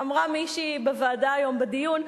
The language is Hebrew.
אמרה מישהי בוועדה היום בדיון: